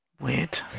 Weird